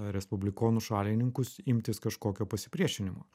respublikonų šalininkus imtis kažkokio pasipriešinimo